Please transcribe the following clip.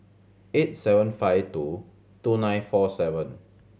eight seven five two two nine four seven